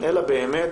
אלא באמת